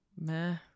meh